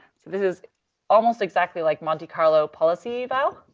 so this is almost exactly like monte carlo policy eval.